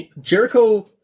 Jericho